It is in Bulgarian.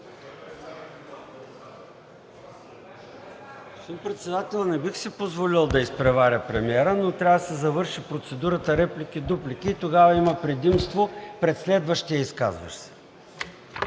Председател, не бих си позволил да изпреваря Премиера, но трябва да се завърши процедурата реплики – дуплики, и тогава има предимство пред следващия изказващ се.